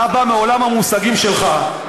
אתה בא מעולם המושגים שלך,